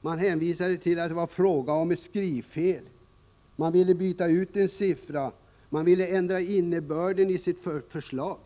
De hänvisade till att det var fråga om ett skrivfel. De ville byta ut en siffra och därmed ändra innebörden i sitt förslag.